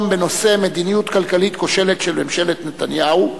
בנושא: המדיניות הכלכלית הכושלת של ממשלת נתניהו,